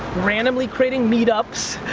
randomly creating meet-ups,